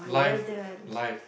live live